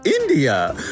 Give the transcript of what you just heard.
India